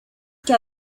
que